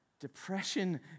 depression